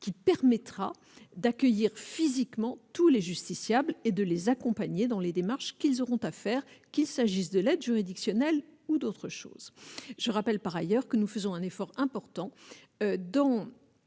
qui permettra d'accueillir physiquement tous les justiciables et de les accompagner dans les démarches qu'ils auront à faire, qu'il s'agisse de l'aide juridictionnelle ou d'autre chose, je rappelle par ailleurs que nous faisons un effort important dans